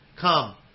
Come